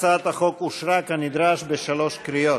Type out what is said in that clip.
הצעת החוק אושרה כנדרש בשלוש קריאות.